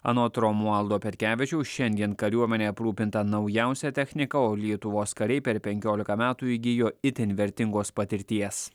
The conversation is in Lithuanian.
anot romualdo petkevičiaus šiandien kariuomenė aprūpinta naujausia technika o lietuvos kariai per penkiolika metų įgijo itin vertingos patirties